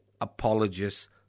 apologists